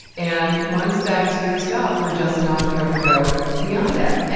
and once that's used up, we're just not going to go beyond that. and